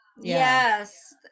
yes